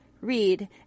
read